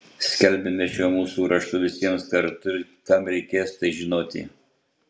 skelbiame šiuo mūsų raštu visiems kartu ir kam reikės tai žinoti